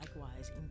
likewise